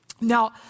Now